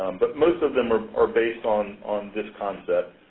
but most of them are are based on on this concept.